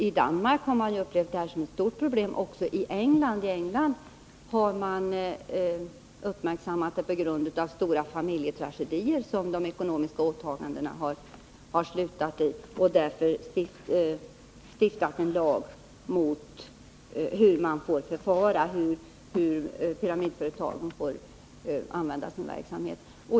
I Danmark har man upplevt detta som ett stort problem, och i England har man uppmärksammat det på grund av att återförsäljarnas ekonomiska åtaganden har lett till stora familjetragedier. Där har man stiftat en lag som anger hur pyramidföretagen får bedriva sin verksamhet.